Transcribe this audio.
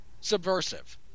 subversive